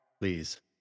Please